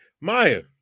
Maya